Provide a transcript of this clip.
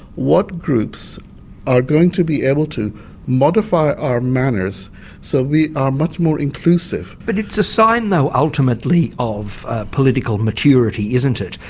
what groups are going to be able to modify our manners so we are much more inclusive? but it's a sign though ultimately of political maturity, isn't it,